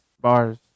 Bars